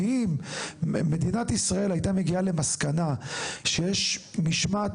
כי אם מדינת ישראל הייתה מגיעה למסקנה שיש משמעת